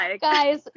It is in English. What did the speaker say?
guys